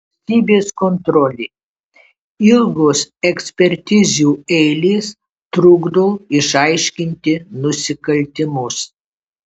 valstybės kontrolė ilgos ekspertizių eilės trukdo išaiškinti nusikaltimus